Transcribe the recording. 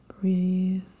Breathe